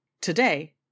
Today